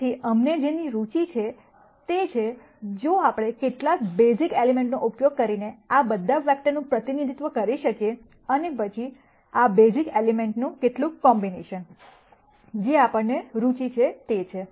તેથી અમને જેની રુચિ છે તે છે જો આપણે કેટલાક બેઝિક એલિમેન્ટનો ઉપયોગ કરીને આ બધા વેક્ટરનું પ્રતિનિધિત્વ કરી શકીએ અને પછી આ બેઝિક એલિમેન્ટનું કેટલુક કોમ્બિનેશન જે આપણને રુચિ છે તે છે